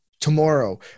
tomorrow